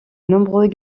nombreux